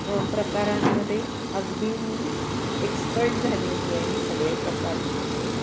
प्रकारांमध्ये अगदी मी एक्सपर्ट झालेली आहे सगळे प्रकार शिकून